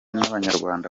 n’abanyarwanda